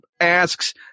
asks